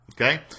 Okay